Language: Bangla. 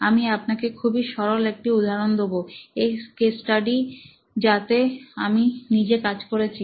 আমি আপনাকে খুবই সরল একটা উদাহরণ দেব সেই কেস স্টাডির যাতে আমি নিজে কাজ করেছি